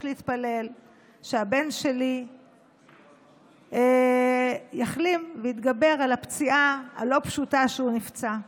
להתפלל שהבן שלי יחלים ויתגבר על הפציעה הלא-פשוטה שהוא נפצע.